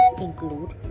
include